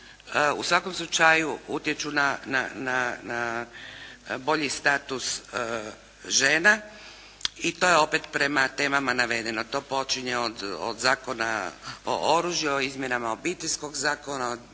u svakom slučaju utječu na bolji status žena i to je opet prema temama navedeno. To počinje od Zakona o oružju, o izmjenama Obiteljskog zakona,